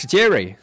Jerry